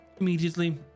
immediately